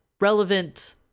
relevant